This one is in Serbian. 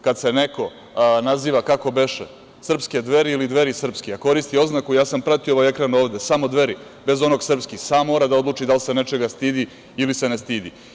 Kada se neko naziva, kako beše srpske Dveri ili Dveri srpske, koristi oznaku, ja sam pratio ovaj ekran ovde, samo Dveri, bez onog srpski, sam mora da odluči da li se nečega stidi ili se ne stidi.